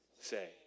say